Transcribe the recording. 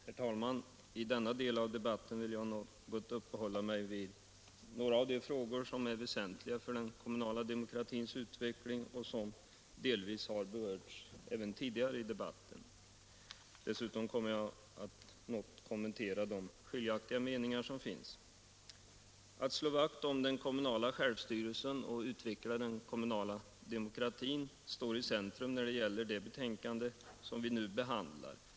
Herr talman! I denna del av debatten vill jag uppehålla mig vid några av de frågor som är väsentliga för den kommunala demokratins utveckling och som delvis har berörts även tidigare i debatten. Dessutom kommer jag att något kommentera de skiljaktiga. meningar som finns. Vikten av att slå vakt om den kommunala självstyrelsen och utveckla den kommunala demokratin står i centrum när det gäller det betänkande som vi nu behandlar.